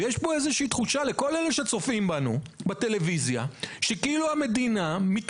ולכל אלה שצופים בנו בטלוויזיה יש תחושה,